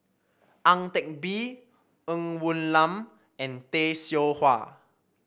Ang Teck Bee Ng Woon Lam and Tay Seow Huah